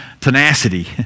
tenacity